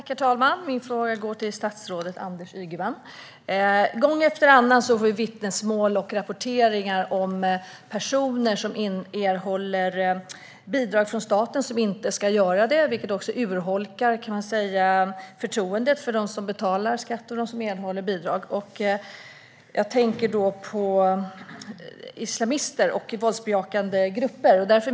Herr talman! Min fråga går till statsrådet Anders Ygeman. Gång efter annan får vi vittnesmål och rapporter om att personer som inte ska göra det erhåller bidrag från staten. Detta urholkar förtroendet hos dem som betalar skatt och dem som erhåller bidrag. Jag tänker på islamister och våldsbejakande grupper.